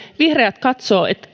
vihreät katsovat että